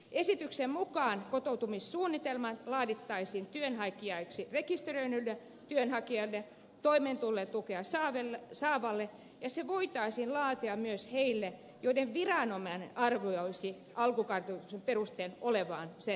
esityksen mukaan kotoutumissuunnitelma laadittaisin työnhakijaksi rekisteröidylle työnhakijalle toimeentulotukea saavalle ja se voitaisiin laatia myös heille joiden viranomainen arvioisi alkukartoituksen perusteella olevan sen tarpeessa